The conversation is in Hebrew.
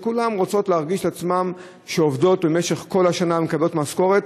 כולן רוצות להרגיש שהן עובדות במשך כל השנה ומקבלות משכורת,